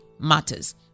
Matters